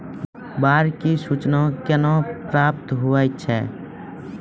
बाढ की सुचना कैसे प्राप्त होता हैं?